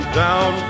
down